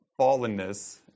fallenness